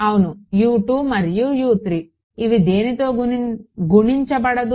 అవును మరియు ఇవి దేనితో గుణించబడదు